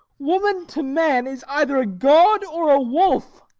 woman to man is either a god, or a wolf.